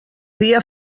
dia